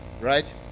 right